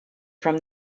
from